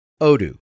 odoo